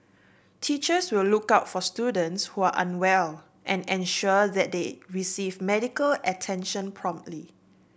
teachers will look out for students who are unwell and ensure that they receive medical attention promptly